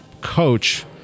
coach